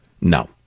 No